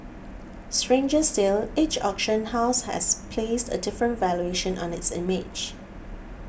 stranger still each auction house has placed a different valuation on its image